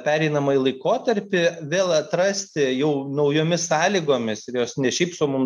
pereinamąjį laikotarpį vėl atrasti jau naujomis sąlygomis ir jos ne šiaip sau mum